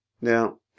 Now